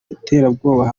iterabwoba